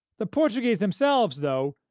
the portuguese themselves, though,